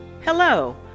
Hello